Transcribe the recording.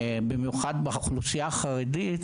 במיוחד באוכלוסייה החרדית,